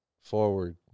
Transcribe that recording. forward